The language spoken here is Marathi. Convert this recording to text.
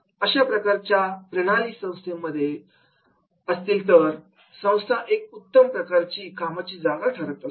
अशाप्रकारच्या प्रणाली संस्थेमध्ये असतील तर संस्था एक उत्तम प्रकारच्या कामाची जागा ठरत असते